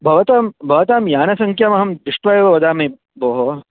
भवतां भवतां यानसङ्ख्यामहं दृष्ट्वा एव वदामि भोः